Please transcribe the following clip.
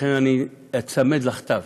לכן אני אצמד לכתב,